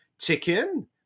chicken